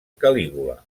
calígula